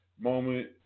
moment